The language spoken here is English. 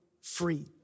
free